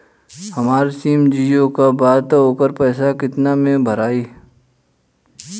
हमार सिम जीओ का बा त ओकर पैसा कितना मे भराई?